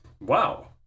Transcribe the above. Wow